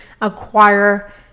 acquire